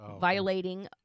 violating